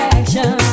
Action